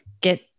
get